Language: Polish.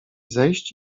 zejść